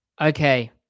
okay